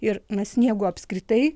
ir na sniego apskritai